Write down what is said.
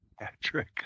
Patrick